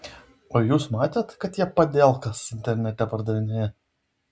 o jūs matėt kad jie padielkas internete pardavinėja